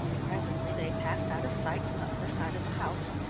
presently they passed out of sight to the other side of the house,